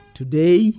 today